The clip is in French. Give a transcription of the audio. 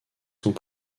sont